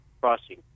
crossing